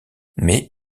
mais